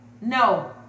No